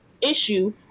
issue